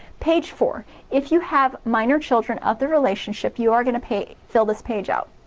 page four if you have minor children other relationship you are gonna pay fill this page out.